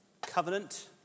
Covenant